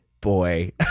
boy